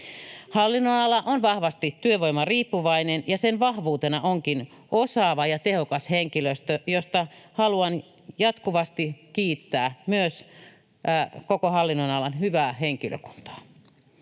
Hallinnonala on vahvasti työvoimariippuvainen, ja sen vahvuutena onkin osaava ja tehokas henkilöstö, ja haluankin jatkuvasti kiittää koko hallinnonalan hyvää henkilökuntaa.